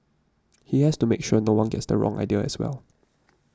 he has to make sure no one gets the wrong idea as well